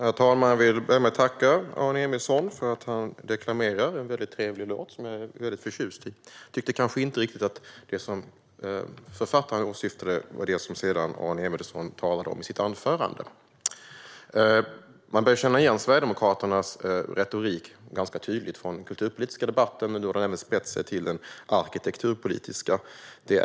Herr talman! Jag vill börja med att tacka Aron Emilsson för att han deklamerar en mycket trevlig låt som jag är väldigt förtjust i. Jag tyckte kanske inte riktigt att det som låtskrivaren åsyftade var det som Aron Emilsson talade om i sitt anförande. Man börjar känna igen Sverigedemokraternas retorik ganska tydligt från kulturpolitiska debatter. Nu handlar det om den arkitekturpolitiska debatten.